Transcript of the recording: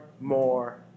more